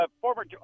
former